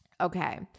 Okay